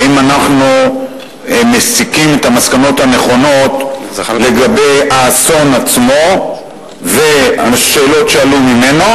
האם אנחנו מסיקים את המסקנות הנכונות לגבי האסון עצמו ושאלות שעלו ממנו,